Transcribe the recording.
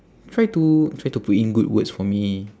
try to try to put in good words for me